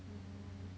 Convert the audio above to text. mm